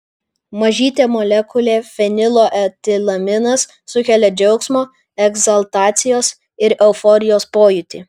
mažytė molekulė fenilo etilaminas sukelia džiaugsmo egzaltacijos ir euforijos pojūtį